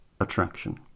Attraction